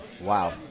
Wow